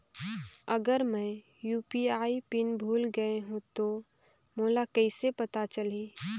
अगर मैं UPI PIN भुल गये हो तो मोला कइसे पता चलही?